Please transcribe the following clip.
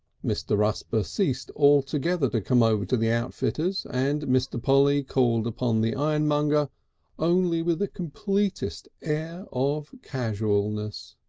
mr. rusper ceased altogether to come over to the outfitter's, and mr. polly called upon the ironmonger only with the completest air of casuality. and